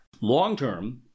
Long-term